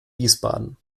wiesbaden